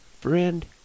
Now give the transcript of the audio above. Friend